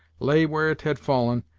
lay where it had fallen,